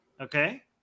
Okay